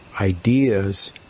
ideas